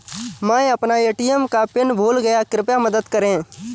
मै अपना ए.टी.एम का पिन भूल गया कृपया मदद करें